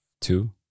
two